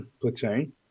platoon